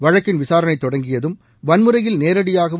வழக்கின் விசாரணை தொடங்கியதும் வன்முறையில் நேரடியாகவும்